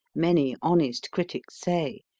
many honest critics say,